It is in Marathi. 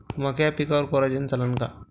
मक्याच्या पिकावर कोराजेन चालन का?